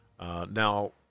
Now